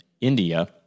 India